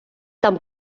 там